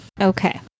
Okay